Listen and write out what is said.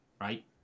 right